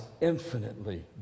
infinitely